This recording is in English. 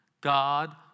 God